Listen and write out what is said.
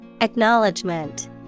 Acknowledgement